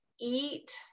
eat